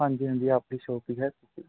ਹਾਂਜੀ ਹਾਂਜੀ ਆਪਦੀ ਸ਼ੋਪ ਹੀ ਹੈ